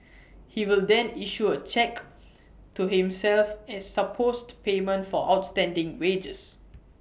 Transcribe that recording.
he will then issue A cheque to himself as supposed payment for outstanding wages